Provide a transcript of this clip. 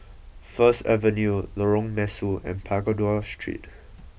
First Avenue Lorong Mesu and Pagoda Street